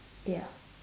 ya